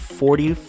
forty